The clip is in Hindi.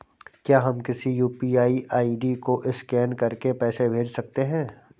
क्या हम किसी यू.पी.आई आई.डी को स्कैन करके पैसे भेज सकते हैं?